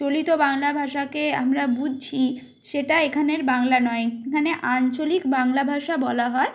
চলিত বাংলা ভাষাকে আমরা বুঝছি সেটা এখানের বাংলা নয় এখানে আঞ্চলিক বাংলা ভাষা বলা হয়